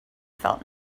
felt